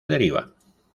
deriva